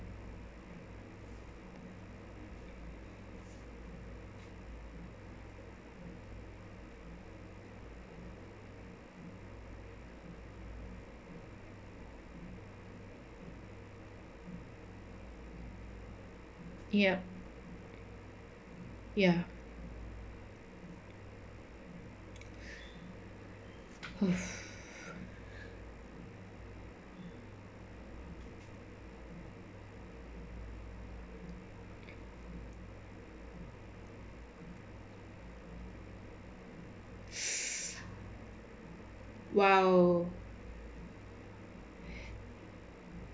yup ya oof !wow!